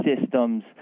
systems